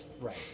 right